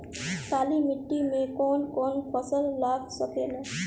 काली मिट्टी मे कौन कौन फसल लाग सकेला?